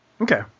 okay